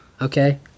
okay